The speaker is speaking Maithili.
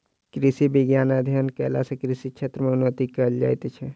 कृषि विज्ञानक अध्ययन कयला सॅ कृषि क्षेत्र मे उन्नति कयल जाइत छै